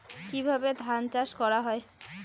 কিভাবে ধান চাষ করা হয়?